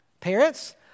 Parents